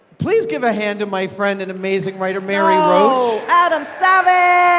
please give a hand to my friend and amazing writer mary roach. adam savage!